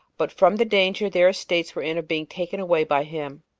but from the danger their estates were in of being taken away by him.